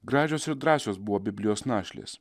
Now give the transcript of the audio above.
gražios ir drąsios buvo biblijos našlės